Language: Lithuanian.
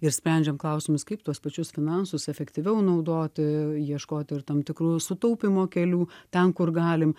ir sprendžiam klausimus kaip tuos pačius finansus efektyviau naudoti ieškoti ir tam tikrų sutaupymo kelių ten kur galim